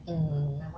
mm